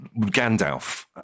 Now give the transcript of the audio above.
Gandalf